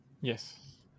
Yes